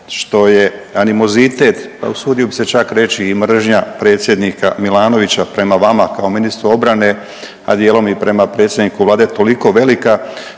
što je animozitet, pa usudio bi se čak reći i mržnja predsjednika Milanovića prema vama kao ministru obrane, a dijelom i prema predsjedniku Vlade toliko velika